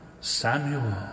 Samuel